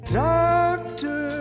doctor